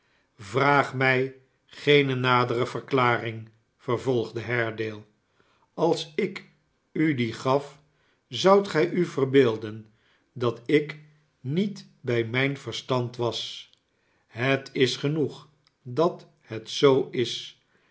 vraag mij geene nadere verklaring vervolgde haredaie als ik u die gaf zoudt gij u verbeelden dat ik niet bij mijn verstand was het is genoeg dat het zoo is